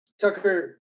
Tucker